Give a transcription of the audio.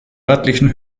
örtlichen